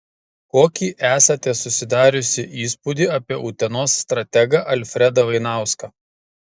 kokį esate susidariusi įspūdį apie utenos strategą alfredą vainauską